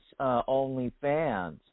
OnlyFans